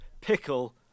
Pickle